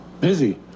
busy